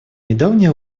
недавнее